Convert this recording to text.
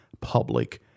public